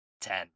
ten